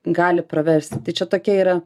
gali praversti tai čia tokie yra